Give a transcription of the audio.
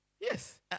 Yes